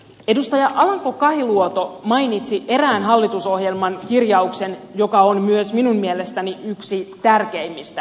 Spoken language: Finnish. edustaja alanko kahiluoto mainitsi erään hallitusohjelman kirjauksen joka on myös minun mielestäni yksi tärkeimmistä